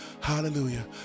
Hallelujah